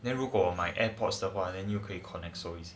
then 如果我买 airports 的话 then 你又可以 connect